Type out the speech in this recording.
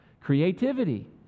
Creativity